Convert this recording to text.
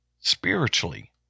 spiritually